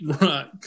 Right